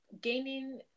gaining